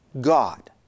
God